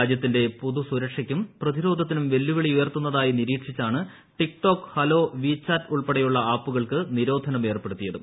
രാജ്യത്തിന്റെ പൊതുസുരക്ഷയ്ക്കും പ്രതിരോധത്തിനും വെല്ലുവിളി ഉയർത്തുന്നതായി നിരീക്ഷിച്ചാണ് TikTok Helo WeChat ഉൾപ്പെടെയുള്ള ആപ്പുകൾക്ക് നിരോധനമേർപ്പെടുത്തിയത്